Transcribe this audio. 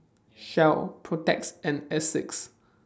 Shell Protex and Asics